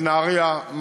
זה נהריה,